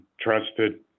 trusted